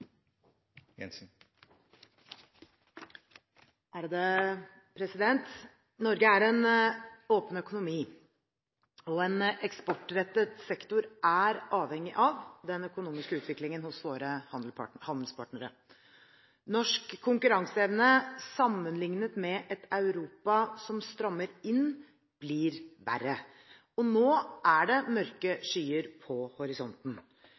avhengig av den økonomiske utviklingen hos våre handelspartnere. Norsk konkurranseevne sammenlignet med konkurranseevnen i et Europa som strammer inn, blir verre. Og nå er det mørke skyer på horisonten.